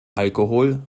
alkohol